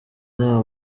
nta